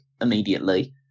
immediately